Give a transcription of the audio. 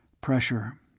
Pressure